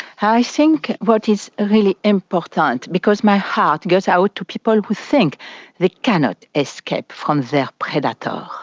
i think what is really important, because my heart goes out to people who think they cannot escape from their predator.